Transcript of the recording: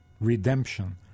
redemption